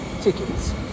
tickets